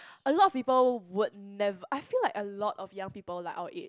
a lot of people would nev~ I feel like a lot of young people like our age